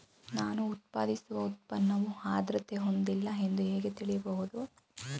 ನಾನು ಉತ್ಪಾದಿಸಿದ ಉತ್ಪನ್ನವು ಆದ್ರತೆ ಹೊಂದಿಲ್ಲ ಎಂದು ಹೇಗೆ ತಿಳಿಯಬಹುದು?